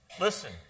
listen